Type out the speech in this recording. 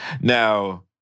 Now